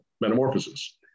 metamorphosis